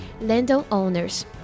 landowners